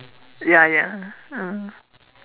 ya ya mm